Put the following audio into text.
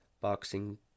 Boxing